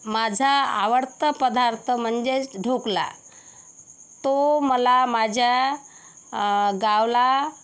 माझा आवडतं पदार्थ म्हणजेच ढोकळा तो मला माझ्या गावला